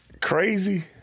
Crazy